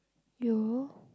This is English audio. your